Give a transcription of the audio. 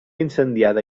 incendiada